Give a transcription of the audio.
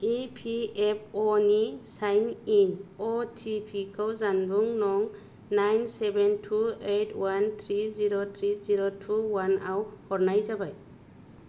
EPFO नि sign in OTP खौ जानबुं नं nine seven two eight one three zero three zero two one आव हरनाय जाबाय